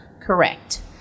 Correct